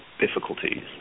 difficulties